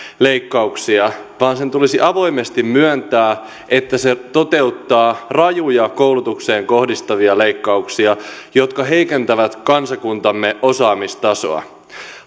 leikkauksia sen tulisi avoimesti myöntää että se toteuttaa rajuja koulutukseen kohdistuvia leikkauksia jotka heikentävät kansakuntamme osaamistasoa